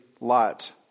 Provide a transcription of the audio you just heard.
lot